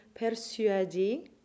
Persuadi